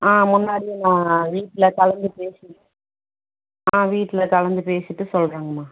ஆ முன்னாடியே நான் வீட்டில் கலந்து பேசிக் ஆ வீட்டில் கலந்து பேசிவிட்டு சொல்கிறங்கம்மா